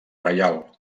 reial